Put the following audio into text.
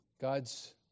God's